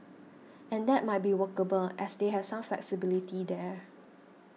and that might be workable as they have some flexibility there